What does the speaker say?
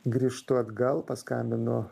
grįžtu atgal paskambinu